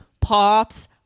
pops